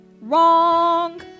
Wrong